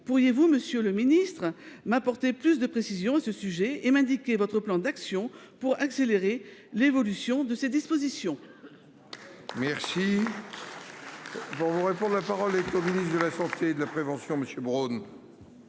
Pourriez-vous, monsieur le ministre, m'apporter plus de précisions à ce sujet et m'indiquer votre plan d'action pour accélérer l'évolution de ces dispositions ? La parole est à M. le ministre de la santé et de la prévention. Madame la